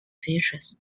features